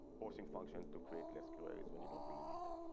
voicing function to create less calories when you don't really need them.